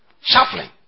shuffling